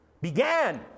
began